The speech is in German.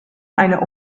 einer